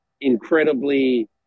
incredibly